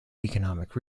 economic